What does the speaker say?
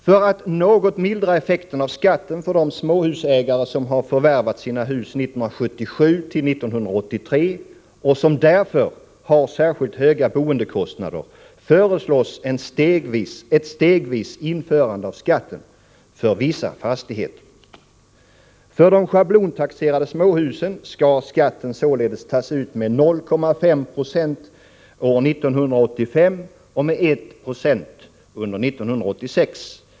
För att något mildra effekten av skatten för de småhusägare som har förvärvat sina hus under åren 1977-1983 och som därför har särskilt höga boendekostnader föreslås ett stegvis införande av skatten för vissa fastigheter. För de schablontaxerade småhusen skall skatten således tas ut med 0,5 20 år 1985 och med 196 under 1986.